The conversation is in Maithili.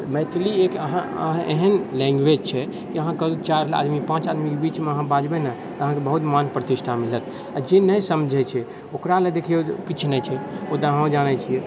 मैथिली एक अहाँ अहाँ एहन लैंग्वेज छै कि अहाँ काल्हि चारि आदमी पाँच आदमीके बीचमे बाजबै ने तऽ अहाँके बहुत मान प्रतिष्ठा मिलत आओर जे नहि समझै छै ओकरा लए देखियौ किछु नहि छै ओ तऽ अहुँ जानै छियै